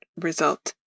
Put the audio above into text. result